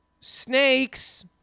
snakes